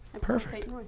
Perfect